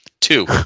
Two